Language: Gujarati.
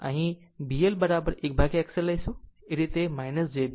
અમે B L1XL લઈશું આમ જ તે છે j B L